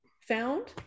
found